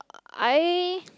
I